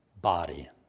body